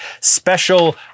special